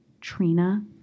Trina